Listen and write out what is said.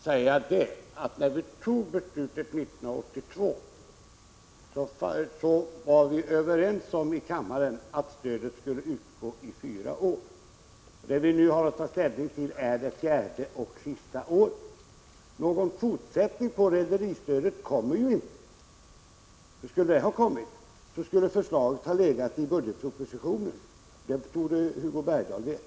Herr talman! När vi 1982 fattade beslutet var vi överens om att stödet skulle utgå i fyra år. Det vi nu har att ta ställning till är det fjärde och sista året. Någon fortsättning på rederistödet blir det alltså inte. I så fall skulle ju förslag om det ha lagts fram i budgetpropositionen. Det torde Hugo Bergdahl veta.